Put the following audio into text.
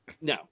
No